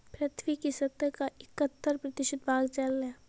पृथ्वी की सतह का इकहत्तर प्रतिशत भाग जल है